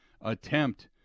attempt